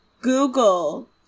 Google